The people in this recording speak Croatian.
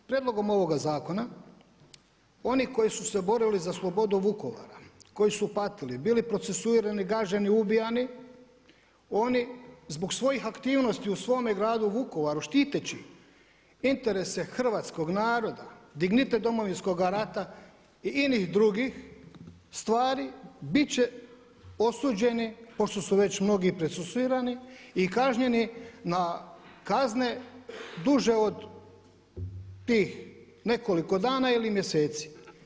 Prijedlogom ovog zakona oni koji su se borili za slobodu Vukovara, koji su patili bili procesuirani, gaženi, ubijani, oni zbog svojih aktivnosti u svome gradu Vukovaru štiteći interese hrvatskog naroda, dignitet Domovinskoga rata inih drugih stvari, bit će osuđeni pošto su već mnogi procesuirani i kažnjeni na kazne duže od tih nekoliko dana ili mjeseci.